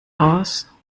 aus